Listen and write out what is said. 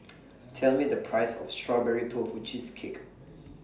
Tell Me The Price of Strawberry Tofu Cheesecake